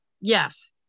Yes